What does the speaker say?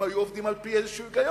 אם היו עובדים על-פי איזה היגיון.